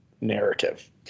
narrative